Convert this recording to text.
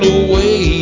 away